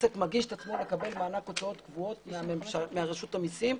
עסק מגיש את עצמו לקבל מענק הוצאות קבועות מרשות המסים.